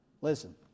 Listen